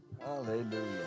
Hallelujah